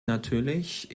natürlich